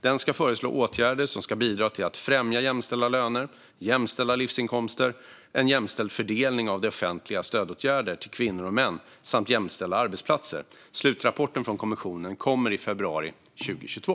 Den ska föreslå åtgärder som ska bidra till att främja jämställda löner, jämställda livsinkomster, en jämställd fördelning av det offentligas stödåtgärder till kvinnor och män samt jämställda arbetsplatser. Slutrapporten från kommissionen kommer i februari 2022.